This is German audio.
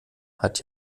hat